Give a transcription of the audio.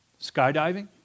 Skydiving